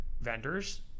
vendors